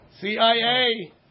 CIA